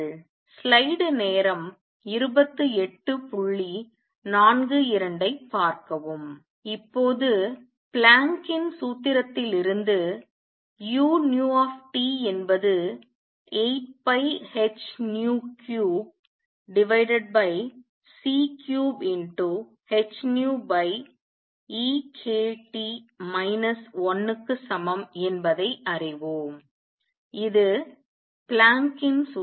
slide நேரம் 2842 ஐப் பார்க்கவும் இப்போது பிளாங்கின் சூத்திரத்திலிருந்து Planck's formula uT என்பது 8πh3c3ehνkT 1க்கு சமம் என்பதை அறிவோம் இது பிளாங்கின் சூத்திரம்